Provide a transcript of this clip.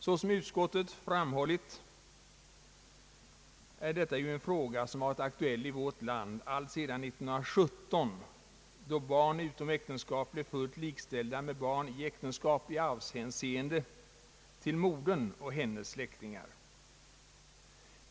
Såsom utskottet framhåller, har denna fråga varit aktuell i vårt land sedan 1917, då barn utom äktenskap blev fullt likställda med barn i äktenskap när det gäller arv efter modern och hennes släktingar.